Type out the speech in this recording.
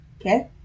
Okay